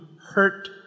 hurt